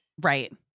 Right